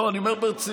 לא, אני אומר ברצינות.